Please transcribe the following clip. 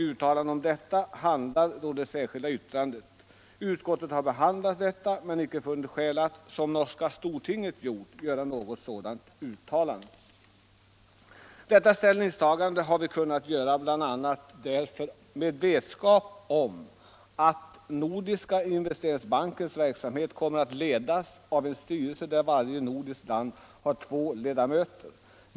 Utskottet har diskuterat frågan, men icke funnit skäl att, som norska stortinget, göra något uttalande. Detta ställningstagande har vi grundat bl.a. på vetskapen om att Nordiska investeringsbankens verksamhet kommer att ledas av en styrelse där varje nordiskt land har två ledamöter.